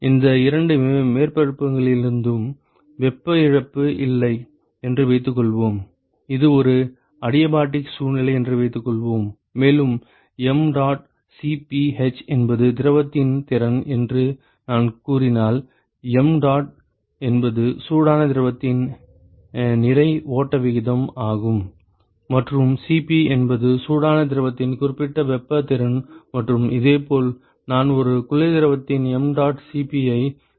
இந்த இரண்டு மேற்பரப்புகளிலிருந்தும் வெப்ப இழப்பு இல்லை என்று வைத்துக் கொள்வோம் இது ஒரு அடியாபாடிக் சூழ்நிலை என்று வைத்துக்கொள்வோம் மேலும் mdot Cp h என்பது திரவத்தின் திறன் என்று நான் கூறினால் mdot என்பது சூடான திரவத்தின் நிறை ஓட்ட விகிதம் ஆகும் மற்றும் Cp என்பது சூடான திரவத்தின் குறிப்பிட்ட வெப்ப திறன் மற்றும் இதேபோல் நான் ஒரு குளிர் திரவத்தின் mdot Cp ஐ வீச முடியும்